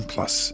Plus